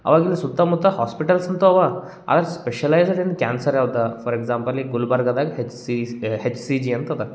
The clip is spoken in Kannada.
ಅವಾಗಿಲ್ಲಿ ಸುತ್ತಮುತ್ತ ಹಾಸ್ಪಿಟಲ್ಸ್ ಅಂತ ಅವ ಆದರೆ ಸ್ಪೆಷಲೈಝ್ಡ್ ಇನ್ ಕ್ಯಾನ್ಸರ್ ಯಾವ್ದು ಫಾರ್ ಎಕ್ಸಾಂಪಲ್ ಈಗ ಗುಲ್ಬರ್ಗದಾಗ H C A H C G ಅಂತ ಅದ